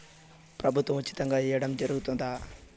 ప్రభుత్వం ఉచితంగా ఇయ్యడం జరుగుతాదా?